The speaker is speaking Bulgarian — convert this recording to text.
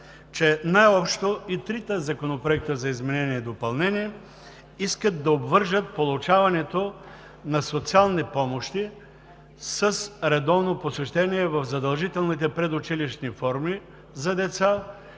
че най-общо и трите законопроекта за изменение и допълнение искат да обвържат получаването на социални помощи с редовно посещение в задължителните предучилищни форми за деца,